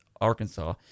Arkansas